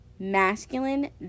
masculine